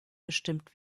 bestimmt